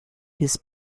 his